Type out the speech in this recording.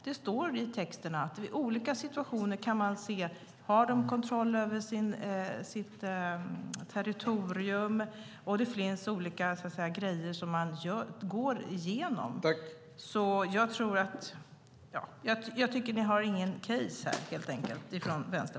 Det framgår av texten att man måste titta på om dessa stater har kontroll över sina territorier i olika situationer. Det finns olika saker som man går igenom. Vänsterpartiet har inget case här.